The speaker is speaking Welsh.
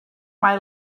mae